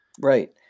Right